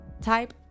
type